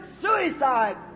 suicide